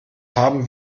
haben